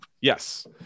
Yes